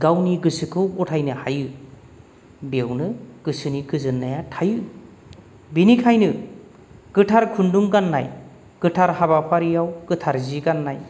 गावनि गोसोखौ गथायनो हायो बेवनो गोसोनि गोजोननाया थायो बिनिखायनो गोथार खुन्दुं गाननाय गोथार हाबाफारियाव गोथार जि गाननाय